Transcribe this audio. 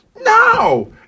No